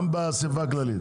גם באסיפה הכללית.